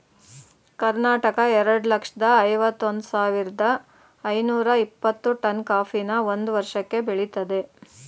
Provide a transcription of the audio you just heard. ಕರ್ನಾಟಕ ಎರಡ್ ಲಕ್ಷ್ದ ಐವತ್ ಒಂದ್ ಸಾವಿರ್ದ ಐನೂರ ಇಪ್ಪತ್ತು ಟನ್ ಕಾಫಿನ ಒಂದ್ ವರ್ಷಕ್ಕೆ ಬೆಳಿತದೆ